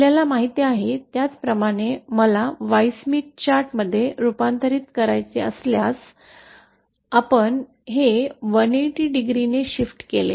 आपल्याला माहिती आहे त्याप्रमाणे मला Y स्मिथ चार्टमध्ये रूपांतरित करायचे असल्यास आपण हे 180 डिग्री ने शिफ्ट केले